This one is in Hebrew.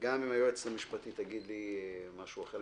אחרת, גם אם היועצת המשפטית תגיד לי משהו אחר.